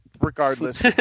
regardless